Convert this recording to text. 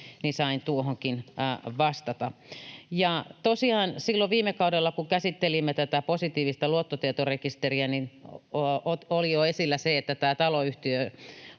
sain tuohonkin vastata. Tosiaan silloin viime kaudella, kun käsittelimme tätä positiivista luottotietorekisteriä, niin oli jo esillä se, että taloyhtiölainojen